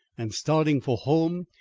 and, starting for home,